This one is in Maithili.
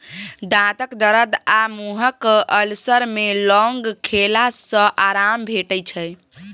दाँतक दरद आ मुँहक अल्सर मे लौंग खेला सँ आराम भेटै छै